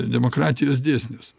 demokratijos dėsnius